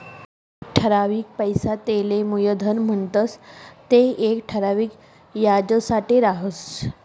एक ठरावीक पैसा तेले मुयधन म्हणतंस ते येक ठराविक याजसाठे राहस